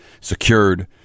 secured